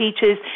teachers